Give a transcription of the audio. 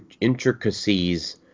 intricacies